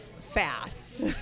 fast